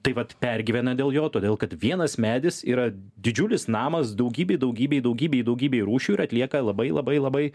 taip pat pergyvena dėl jo todėl kad vienas medis yra didžiulis namas daugybei daugybei daugybei daugybei rūšių ir atlieka labai labai labai